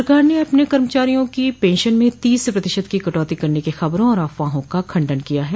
सरकार ने अपने कर्मचारियों की पेंशन में तीस प्रतिशत की कटौती करने की खबरों और अफवाहों का खंडन किया है